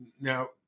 Now